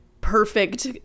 perfect